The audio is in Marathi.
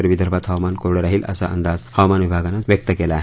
तर विदर्भात हवामान कोरडं राहील असा अंदाज हवामान विभागाने व्यक्त केला आहे